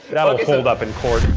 that'll hold up in court.